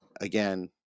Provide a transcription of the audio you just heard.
again